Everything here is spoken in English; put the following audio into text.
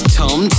tom